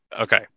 Okay